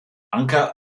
anker